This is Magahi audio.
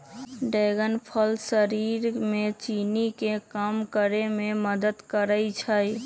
ड्रैगन फल शरीर में चीनी के कम करे में मदद करई छई